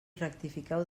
rectifiqueu